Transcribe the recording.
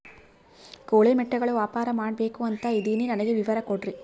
ಕೋಳಿ ಮೊಟ್ಟೆಗಳ ವ್ಯಾಪಾರ ಮಾಡ್ಬೇಕು ಅಂತ ಇದಿನಿ ನನಗೆ ವಿವರ ಕೊಡ್ರಿ?